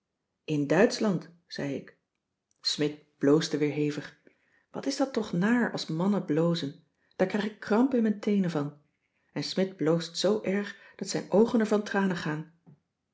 in duitschland zei ik smidt bloosde weer hevig wat is dat toch naar als mannen blozen daar krijg ik kramp in mijn teenen van en smidt bloost zoo erg dat zijn oogen ervan tranen gaan